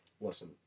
listen